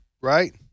right